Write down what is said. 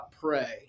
pray